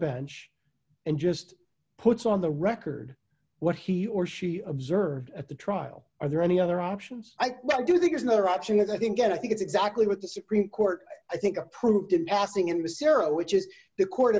bench and just puts on the record what he or she observed at the trial are there any other options i do think is another option is i think i think it's exactly what the supreme court i think approved in passing in the sera which is the court